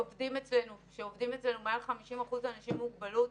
עובדים אצלנו מעל 50% אנשים עם מוגבלות,